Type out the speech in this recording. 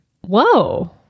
Whoa